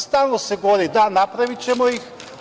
Stalno se govori – da, napravićemo ih.